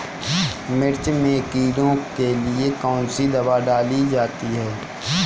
मिर्च में कीड़ों के लिए कौनसी दावा डाली जाती है?